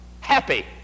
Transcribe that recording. happy